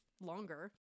longer